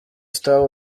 star